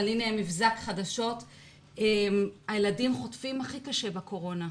אבל הנה מבזק חדשות שאומר שהילדים חוטפים הכי קשה בקורונה,